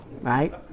right